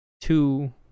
two